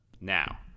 now